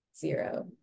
zero